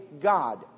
God